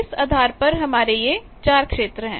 इस आधार पर हमारे यह चार क्षेत्र हैं